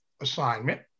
assignment